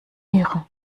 ehre